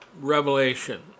revelation